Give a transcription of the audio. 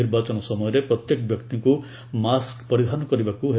ନିର୍ବାଚନ ସମୟରେ ପ୍ରତ୍ୟେକ ବ୍ୟକ୍ତିଙ୍କୁ ମାସ୍କ୍ ପରିଧାନ କରିବାକୁ ହେବ